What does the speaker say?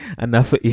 enough